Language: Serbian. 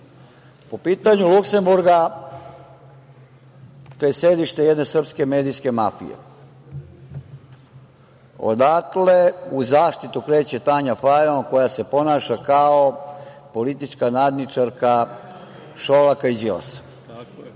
Po pitanju Luksemburga, to je sedište jedne srpske medijske mafije. Odatle u zaštitu kreće Tanja Fajon koja se ponaša kao politička nadničarka Šolaka i Đilasa.